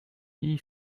tea